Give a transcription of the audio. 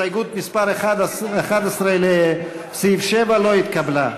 הסתייגות מס' 11 לסעיף 7 לא התקבלה.